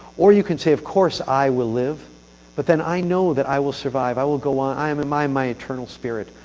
you can say of course, i will live but then, i know that i will survive. i will go on. i am and my my eternal spirit.